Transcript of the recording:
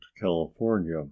California